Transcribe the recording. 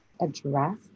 address